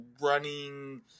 running